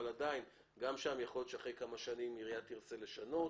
אבל עדיין גם שם יכול להיות שאחרי כמה שנים העירייה תרצה לשנות.